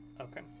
Okay